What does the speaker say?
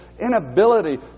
inability